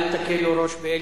אל תקלו ראש באלקין,